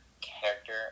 character